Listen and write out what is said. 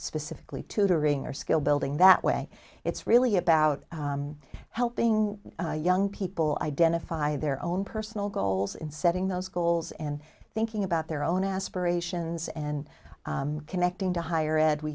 specifically tutoring or skill building that way it's really about helping young people identify their own personal goals in setting those goals and thinking about their own aspirations and connecting to hi